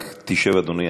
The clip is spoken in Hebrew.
רק תשב, אדוני.